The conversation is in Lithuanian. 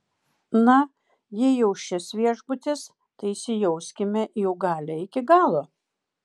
na jei jau šis viešbutis tai įsijauskime į jų galią iki galo